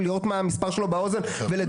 לראות מה המספר שלו באוזן ולדווח?